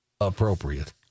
appropriate